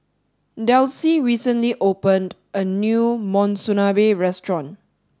Delsie recently opened a new Monsunabe restaurant